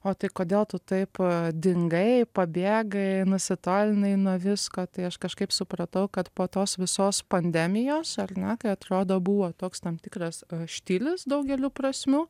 o tai kodėl tu taip dingai pabėgai nusitolinai nuo visko tai aš kažkaip supratau kad po tos visos pandemijos ar ne kai atrodo buvo toks tam tikras štilis daugeliu prasmių